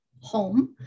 home